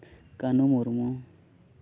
Kanhu Murmu